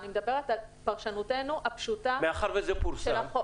אני מדברת על פרשנותנו הפשוטה של החוק.